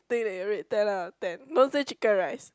thing that you will rate ten out of ten don't say chicken rice